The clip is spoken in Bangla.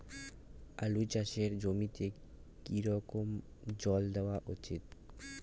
আলু চাষের জমিতে কি রকম জল দেওয়া উচিৎ?